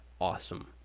awesome